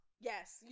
Yes